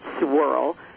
swirl